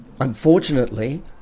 unfortunately